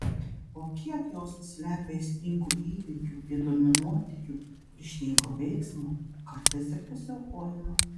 o kiek jos slepia aistringų įvykių įdomių nuotykių ryžtingo veiksmo kartais ir pasiaukojimo